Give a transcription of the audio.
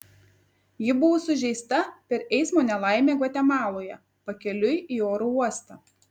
ji buvo sužeista per eismo nelaimę gvatemaloje pakeliui į oro uostą